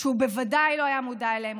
שהוא בוודאי לא היה מודע אליהן,